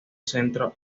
centro